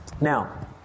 Now